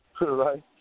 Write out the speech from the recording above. right